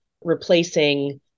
replacing